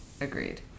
Agreed